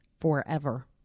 forever